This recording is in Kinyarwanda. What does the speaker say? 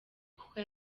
kuko